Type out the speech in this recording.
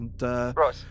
Right